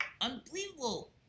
Unbelievable